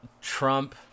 Trump